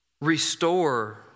Restore